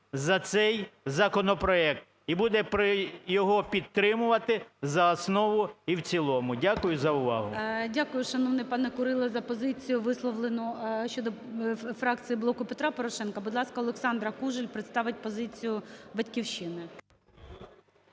за цей законопроект і буде його підтримувати за основу і в цілому. Дякую за увагу. ГОЛОВУЮЧИЙ. Дякую, шановний пане Курило, за позицію, висловлену щодо фракції "Блок Петра Порошенка". Будь ласка, Олександра Кужель представить позицію "Батьківщини".